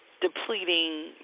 depleting